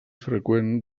freqüent